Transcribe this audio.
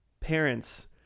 parents